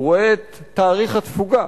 הוא רואה את תאריך התפוגה.